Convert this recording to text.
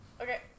Okay